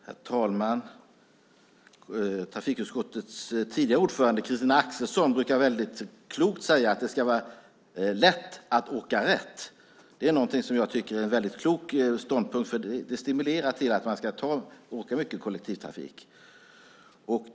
Herr talman! Trafikutskottets tidigare ordförande, Christina Axelsson, brukar väldigt klokt säga att det ska vara lätt att åka rätt. Det tycker jag var en väldigt klok ståndpunkt, för det stimulerar till att man ska åka mycket kollektivtrafik.